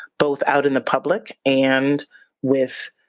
both out in the public and with,